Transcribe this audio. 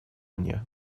мне